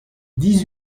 dix